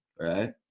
right